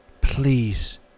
please